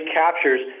captures